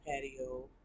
patio